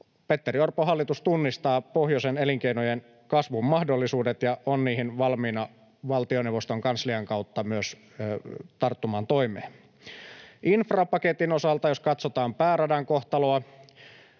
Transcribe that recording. Petteri Orpon hallitus tunnistaa pohjoisen elinkeinojen kasvun mahdollisuudet ja on niissä valmis valtioneuvoston kanslian kautta myös tarttumaan toimeen. Infrapaketin osalta, jos katsotaan pääradan kohtaloa: